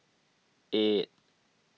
eight